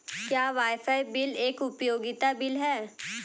क्या wifi bill एक उपयोगिता बिल है?